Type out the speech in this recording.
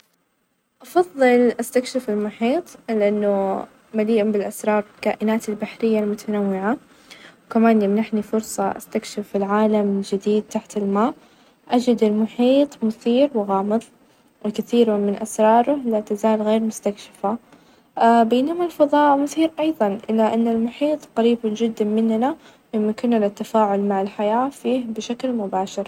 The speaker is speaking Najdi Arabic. أفظل أقظي حياتي كلها كشاب بالغ؛ لإن مرحلة الهدوء ،وتمنحني الفرصة لتحمل المسؤوليات ، وتحقيق الأهداف، وتطوير نفسي، كطفل يمكن أن تكون الحياة ممتعة لكن كإنسان بالغ أقدر أجرب الحياة بعمق أكبر، ،وبناء علاقات قوية ،وتحقيق إنجازات.